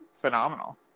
phenomenal